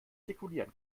zirkulieren